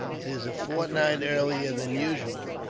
it is a fortnight earlier than usual.